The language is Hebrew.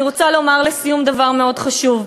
אני רוצה לומר לסיום דבר מאוד חשוב: